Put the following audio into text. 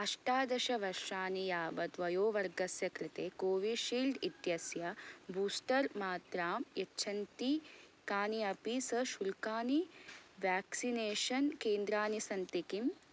अष्टादशवर्षाणि यावत् वयोवर्गस्य कृते कोवीशील्ड् इत्यस्य बूस्टर् मात्राम् यच्छन्ति कानि अपि सशुल्कानि व्याक्सिनेशन् केन्द्राणि सन्ति किम्